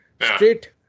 straight